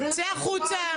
צא החוצה.